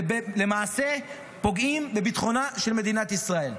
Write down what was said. ולמעשה פוגעים בביטחונה של מדינת ישראל.